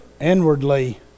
inwardly